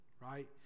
right